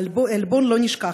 העלבון לא יישכח,